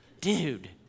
Dude